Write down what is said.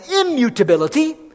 immutability